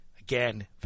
Again